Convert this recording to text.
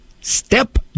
step